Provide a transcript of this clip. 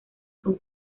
con